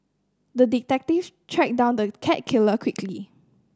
the detective tracked down the cat killer quickly